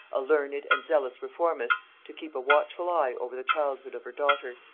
a learned and zealous reformist, to keep a watchful eye over the childhood of her daughter,